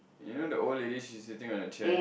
you know the old lady she's sitting on a chair